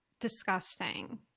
disgusting